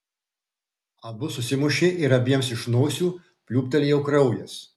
abu susimušė ir abiems iš nosių pliūptelėjo kraujas